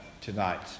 tonight